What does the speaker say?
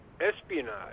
espionage